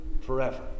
forever